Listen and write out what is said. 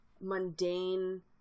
mundane